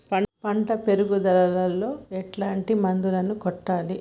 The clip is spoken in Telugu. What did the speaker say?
పంట పెరుగుదలలో ఎట్లాంటి మందులను కొట్టాలి?